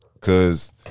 Cause